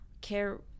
care